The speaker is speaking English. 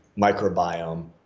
microbiome